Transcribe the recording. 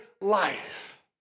life